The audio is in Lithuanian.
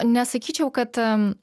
nesakyčiau kad